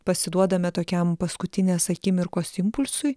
pasiduodame tokiam paskutinės akimirkos impulsui